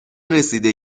رسیده